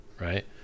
right